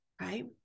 Right